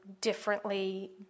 Differently